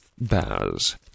Baz